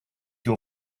your